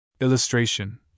Illustration